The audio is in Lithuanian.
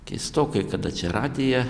keistokai kada čia radiją